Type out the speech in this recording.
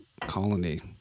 colony